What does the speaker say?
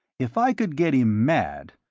if i could get him mad,